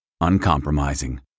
uncompromising